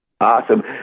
Awesome